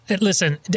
Listen